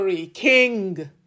King